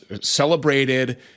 celebrated